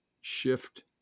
shift